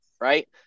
Right